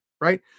right